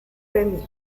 premio